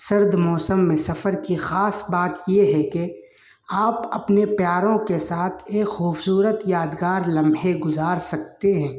سرد موسم میں سفر کی خاص بات یہ ہے کہ آپ اپنے پیاروں کے ساتھ ایک خوبصورت یادگار لمحے گزار سکتے ہیں